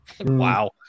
Wow